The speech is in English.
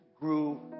grew